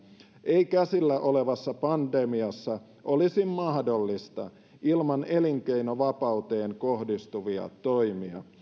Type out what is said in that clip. ei käsillä olevassa pandemiassa olisi mahdollista ilman elinkeinovapauteen kohdistuvia toimia